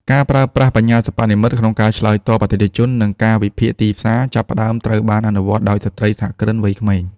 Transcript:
ការប្រើប្រាស់បញ្ញាសិប្បនិម្មិត ក្នុងការឆ្លើយតបអតិថិជន និងការវិភាគទីផ្សារ ចាប់ផ្តើមត្រូវបានអនុវត្តដោយស្ត្រីសហគ្រិនវ័យក្មេង។